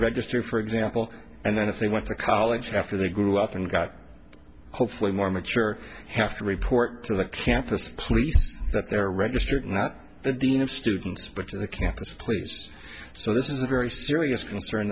register for example and then if they went to college after they grew up and got hopefully more mature have to report to the campus police that they're registering not the dean of students but to the campus please so this is a very serious